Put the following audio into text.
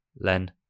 Len